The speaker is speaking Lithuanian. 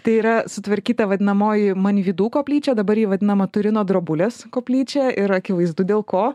tai yra sutvarkyta vadinamoji manvydų koplyčia dabar ji vadinama turino drobulės koplyčia ir akivaizdu dėl ko